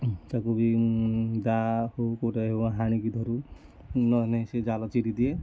ତାକୁ ବି ଦାଆ ହଉ ହାଣିକି ଧରୁ ନହେଲେ ସେ ଜାଲ ଚିରିଦିଏ